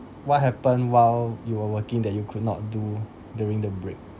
what happen while you were working that you could not do during the break